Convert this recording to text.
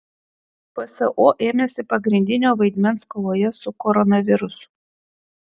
pso ėmėsi pagrindinio vaidmens kovoje su koronavirusu